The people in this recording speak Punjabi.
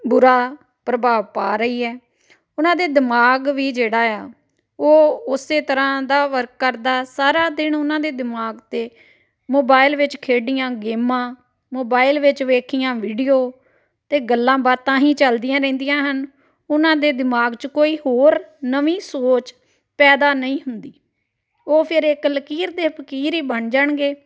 ਬੁਰਾ ਪ੍ਰਭਾਵ ਪਾ ਰਹੀ ਹੈ ਉਹਨਾਂ ਦੇ ਦਿਮਾਗ ਵੀ ਜਿਹੜਾ ਆ ਉਹ ਉਸੇ ਤਰ੍ਹਾਂ ਦਾ ਵਰਕ ਕਰਦਾ ਸਾਰਾ ਦਿਨ ਉਹਨਾਂ ਦੇ ਦਿਮਾਗ 'ਤੇ ਮੋਬਾਇਲ ਵਿੱਚ ਖੇਡੀਆਂ ਗੇਮਾਂ ਮੋਬਾਇਲ ਵਿੱਚ ਵੇਖੀਆਂ ਵੀਡੀਓ ਅਤੇ ਗੱਲਾਂ ਬਾਤਾਂ ਹੀ ਚੱਲਦੀਆਂ ਰਹਿੰਦੀਆਂ ਹਨ ਉਹਨਾਂ ਦੇ ਦਿਮਾਗ 'ਚ ਕੋਈ ਹੋਰ ਨਵੀਂ ਸੋਚ ਪੈਦਾ ਨਹੀਂ ਹੁੰਦੀ ਉਹ ਫਿਰ ਇੱਕ ਲਕੀਰ ਦੇ ਫਕੀਰ ਹੀ ਬਣ ਜਾਣਗੇ